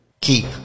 Keep